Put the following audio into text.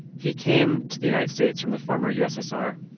he came to the united states from the former ussr,